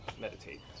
meditate